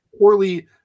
Poorly